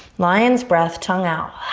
lion's breath, tongue out.